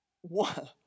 One